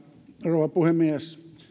rouva puhemies